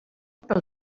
pel